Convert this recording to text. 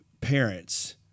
parents